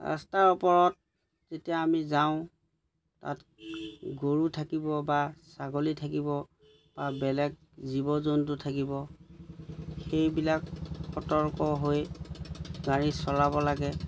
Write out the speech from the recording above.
ৰাস্তাৰ ওপৰত যেতিয়া আমি যাওঁ তাত গৰু থাকিব বা ছাগলী থাকিব বা বেলেগ জীৱ জন্তু থাকিব সেইবিলাক সতৰ্ক হৈ গাড়ী চলাব লাগে